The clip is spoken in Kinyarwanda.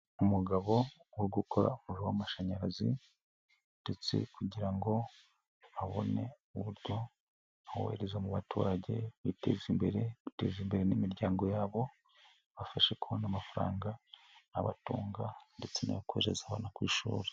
Umugabo wo gukora umuriro w'amashanyarazi ndetse kugira ngo abone uburyo awohereza mu baturage biteza imbere, guteza imbere n'imiryango yabo bibafashe kubona amafaranga abatunga ndetse n'ayo koherereza abana ku ishuri.